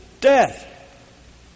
death